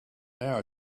now